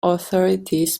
authorities